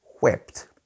wept